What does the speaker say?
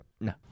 No